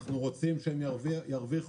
אנחנו רוצים שהם ירוויחו,